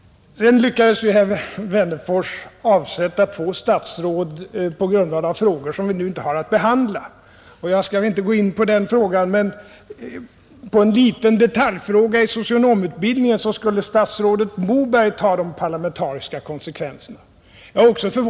Sedan lyckades herr Wennerfors avsätta två statsråd på grundval av frågor som vi nu inte har att behandla. Jag skall inte gå in närmare på det, men statsrådet Moberg skulle, enligt herr Wennerfors, ta de parlamentariska konsekvenserna av en liten detaljfråga om socionomutbildningen.